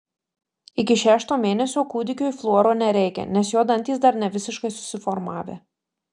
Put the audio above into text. iki šešto mėnesio kūdikiui fluoro nereikia nes jo dantys dar nevisiškai susiformavę